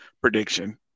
prediction